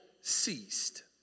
ceased